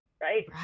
right